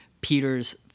Peter's